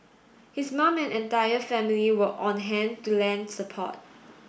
his mum and entire family were on hand to lend support